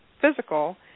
physical